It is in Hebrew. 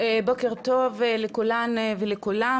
בוקר טוב לכולן ולכולם,